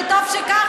וטוב שכך.